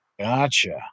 Gotcha